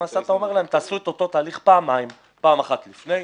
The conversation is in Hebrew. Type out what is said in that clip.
למעשה אתה אומר להן תעשו את אותו תהליך פעמיים: פעם אחת לפני,